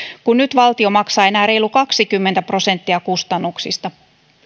kun nyt valtio maksaa enää reilut kaksikymmentä prosenttia kustannuksista